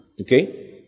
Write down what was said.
okay